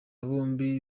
bombi